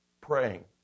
praying